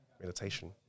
meditation